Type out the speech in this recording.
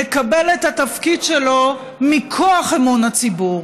מקבל את התפקיד שלו מכוח אמון הציבור,